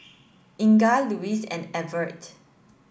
Inga Louise and Evert